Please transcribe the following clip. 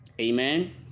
amen